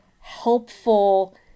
helpful